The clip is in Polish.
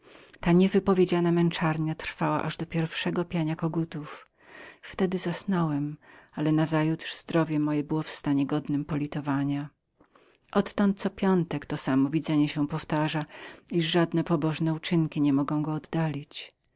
ta niewypowiedziana męczarnia trwała aż do pierwszego zapiania koguta wtedy zasnąłem ale nazajutrz zdrowie moje było w stanie godnym politowania odtąd co piątek to samo widzenie się powtarza wszelkie pobożne uczynki nie mogły go oddalić